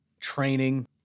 Training